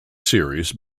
series